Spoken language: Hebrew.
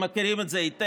הם מכירים את זה היטב.